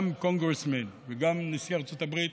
גם חבר קונגרס וגם נשיא ארצות הברית,